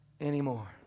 anymore